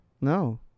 No